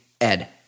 Ed